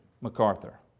MacArthur